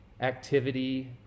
activity